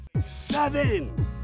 Seven